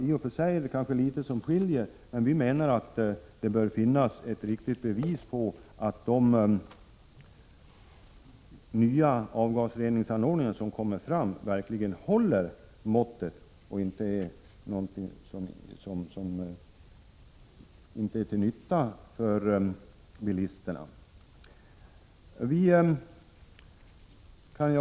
I och för sig är det kanske litet som skiljer våra uppfattningar åt, men vi menar att det bör finnas ett bevis på att de nya avgasreningsanordningar som kommer fram verkligen håller måttet och inte är någonting som inte är till nytta för bilisterna.